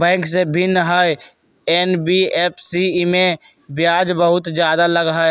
Bank से भिन्न हई एन.बी.एफ.सी इमे ब्याज बहुत ज्यादा लगहई?